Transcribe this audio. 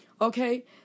okay